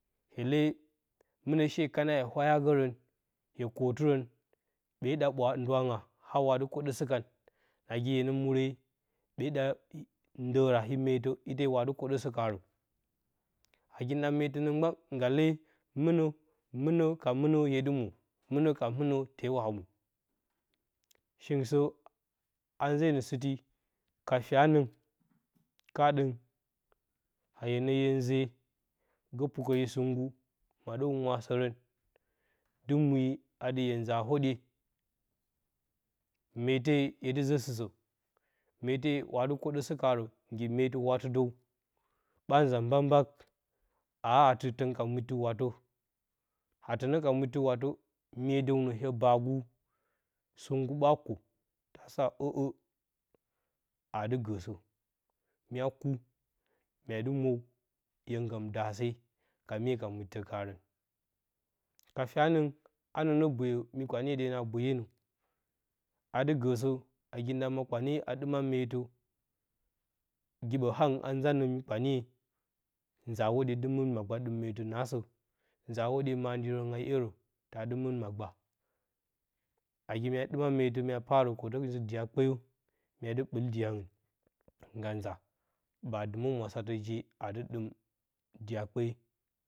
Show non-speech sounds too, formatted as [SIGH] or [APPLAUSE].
Hye lee mɨnə she kana hye wayagərən, hye kwotɨrən ɓee da ɓwaa ndiwanga ha wadɨ kwoɗəsə kan, nagi hye nə muure ɓee ɗa ndəəra i, meetə ite wa dɨ kwoɗəsə kaarə nagi nda meetə nə mgban ngga lee anə mɨnə ka mɨna hye dɨ mwo mɨnə ka mɨnəte wa mwi, shingɨn sə, a nzenə sɨtika fyanəng kaaɗəng a hyenə hye nze gə pukə yo sɨngngu maɗə humwa sərən dɨ mwi ati hye nza hwoɗye meete hyedɨ zə sɨsə meete hwa dɨ kwoɗəsəkaarə nggi meetɨ watɨdəw ɓa nza mbak mbak a ati tən ka mwittɨ watə a tənə ka mwittɨ watə myedəw nə yə baagu, stagngu ɓa kwo mya sa ə'ə a adɨ gəsə mya ku, mya adɨ mwəw yo gəm daase ka mye ka mwittə kaarən [HESITATION] ka fyanəng anə nə bwoyo mi kpanye denə a bwoyenə, adɨ gəsə nagi nda ma kpane aɗɨma meetə, giɓə hangɨn a nza nə mi kpanye dɨ nza hwoɗye de mɨn magba dɨma meetə naasə nza hwoɗyemand yirən a iyerə tadɨ mɨn magba. Nagi ma dɨma meetə mya paarə kwotə zɨ diya kpeyo mya dɨ ɓɨl diyangɨn ngga nza, baa adɨmə inwasatə je aa dɨ ɗɨm diya kpeeye.